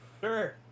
Sure